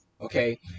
okay